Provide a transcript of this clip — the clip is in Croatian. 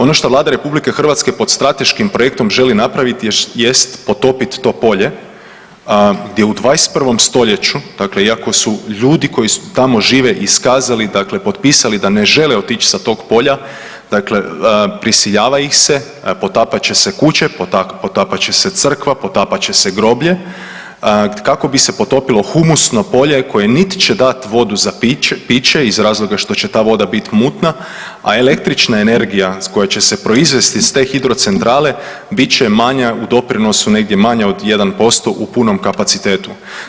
Ono što Vlada RH pod strateškim projektom želi napraviti jest potopit to polje gdje u 21. stoljeću, dakle iako su ljudi koji tamo žive iskazali, dakle potpisali da ne žele otić s tog polja, dakle prisiljava ih se, potapat će se kuće, potapat će se crkva, potapat će se groblje, kako bi se potopilo humusno polje koje nit će dat vodu za piće iz razloga što će ta voda bit mutna, a električna energija koja će se proizvest iz te hidrocentrale bit će manja u doprinosu, negdje manja od 1% u punom kapacitetu.